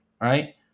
right